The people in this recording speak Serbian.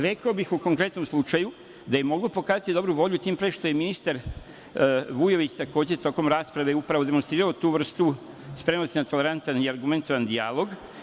Rekao bih, u konkretnom slučaju, da je mogao pokazati dobru volju tim pre što je ministar Vujović, takođe, tokom rasprave upravo demonstrirao tu vrstu spremnosti na tolerantan i argumentovan dijalog.